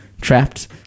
Trapped